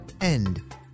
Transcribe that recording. end